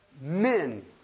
men